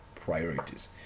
priorities